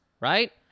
right